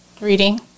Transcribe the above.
Reading